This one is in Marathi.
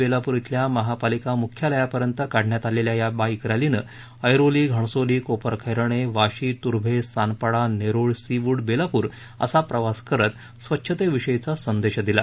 बेलापूर इथल्या महापालिका मुख्यालयापर्यंत काढण्यात आलेल्या या बाईक रॅलीनं ऐरोली घणसोली कोपरखैरणे वाशी तूभे सानपाडा नेरुळ सीवूड बेलापूर असा प्रवास करत स्वच्छते विषयीचा संदेश दिला